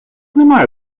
немає